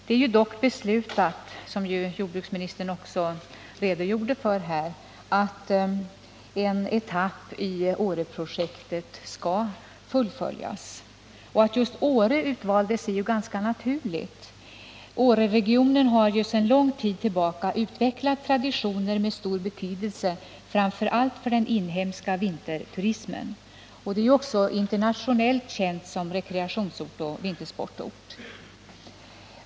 Det är dock beslutat, som jordbruksministern redogjorde för, att en etapp i Åreprojektet skall fullföljas. Att just Åre utvaldes är ganska naturligt. Åreregionen har ju sedan lång tid tillbaka utvecklat traditioner med stor betydelse framför allt för den inhemska vinterturismen. Åre är också internationellt känt som rekreationsoch vintersportort.